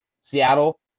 Seattle